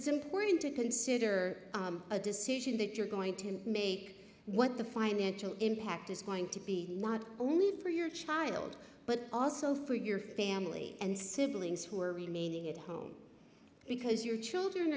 it's important to consider a decision that you're going to make what the financial impact is going to be not only for your child but also for your family and siblings who are remaining at home because your children